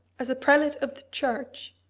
as a prelate of the church,